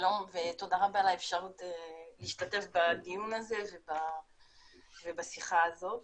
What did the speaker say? שלום ותודה רבה על האפשרות להשתתף בדיון הזה ובשיחה הזאת.